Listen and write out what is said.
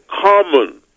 common